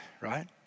right